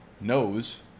knows